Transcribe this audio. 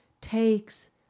takes